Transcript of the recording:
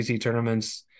tournaments